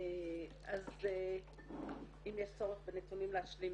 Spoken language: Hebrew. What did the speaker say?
אם יש צורך בנתונים להשלים